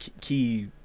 key